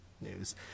news